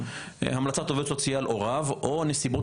המלצת עובד סוציאלי או רב או נסיבות